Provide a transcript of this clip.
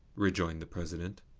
rejoined the president.